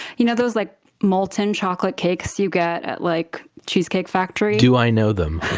you know those like molten chocolate cakes you get at like cheesecake factory? do i know them?